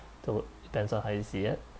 that would stands on how you see it